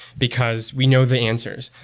because we know the answers.